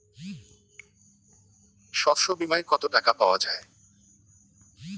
শস্য বিমায় কত টাকা পাওয়া যায়?